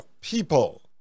people